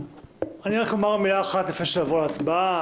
אני רק אומר מילה אחת לפני שנעבור להצבעה.